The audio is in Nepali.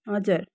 हजुर